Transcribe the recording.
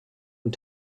und